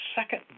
second